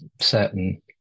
certain